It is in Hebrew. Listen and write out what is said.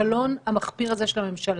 לכישלון המחפיר הזה של הממשלה.